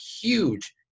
huge